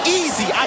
easy